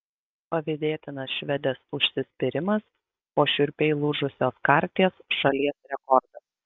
pavydėtinas švedės užsispyrimas po šiurpiai lūžusios karties šalies rekordas